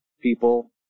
people